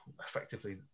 effectively